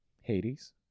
Hades